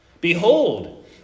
Behold